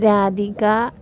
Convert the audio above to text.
Radhika